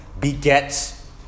begets